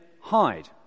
hide